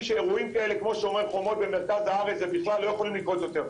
שאירועים כאלה כמו שומר חומות במרכז הארץ ובכלל לא יכולים לקרות יותר.